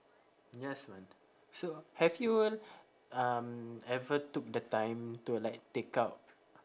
just one so have you um ever took the time to like take out